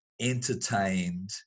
entertained